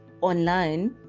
online